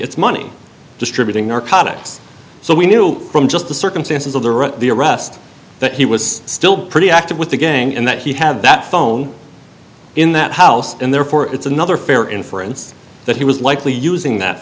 its money distributing narcotics so we knew from just the circumstances of the the arrest that he was still pretty active with the gang and that he had that phone in that house and therefore it's another fair inference that he was likely using that